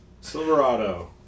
silverado